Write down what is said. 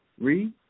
Read